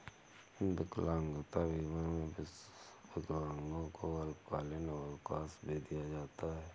विकलांगता बीमा में विकलांगों को अल्पकालिक अवकाश भी दिया जाता है